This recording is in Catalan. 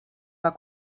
van